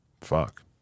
Fuck